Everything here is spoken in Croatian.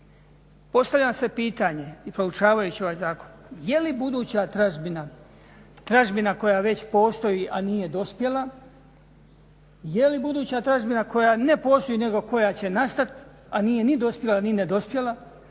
Postavlja se pitanje i proučavajući ovaj zakon je li buduća tražbina, tražbina koja već postoji a nije dospjela, je li buduća tražbina koja ne postoji nego koja će nastati a nije ni dospjela ni ne dospjela,